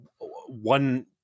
one